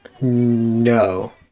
No